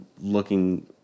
looking